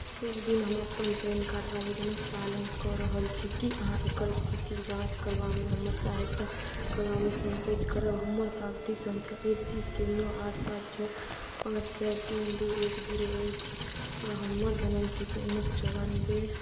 शुभ दिन हम अपन पैन कार्ड आवेदनक पालन कऽ रहल छी कि अहाँ एकर इस्थितिके जाँच करबामे हमर सहायता करबामे सँकोच करब हमर पावती सँख्या ए सी के नओ आठ सात छओ पाँच चारि तीन दुइ एक जीरो अछि आओर हमर जनमतिथि उनैस सओ चौरानवे